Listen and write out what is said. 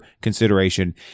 consideration